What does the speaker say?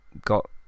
got